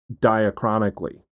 diachronically